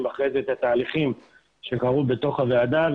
אחר כך את התהליכים שקרו בתוך הוועדה,